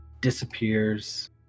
disappears